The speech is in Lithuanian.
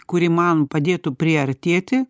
kuri man padėtų priartėti